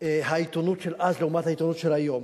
כמה העיתונות של אז לעומת העיתונות של היום,